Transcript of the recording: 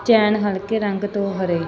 ਚੈਨ ਹਲਕੇ ਰੰਗ ਤੋਂ ਹਰੇ